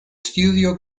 studio